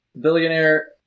Billionaire